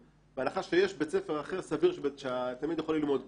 בהנחה שיש בתי ספר אחר סביר שהתלמיד יכול ללמוד בו,